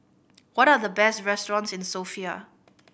what are the best restaurants in the Sofia